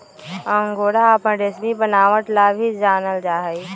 angora अपन रेशमी बनावट ला भी जानल जा हई